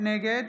נגד